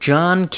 John